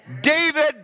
David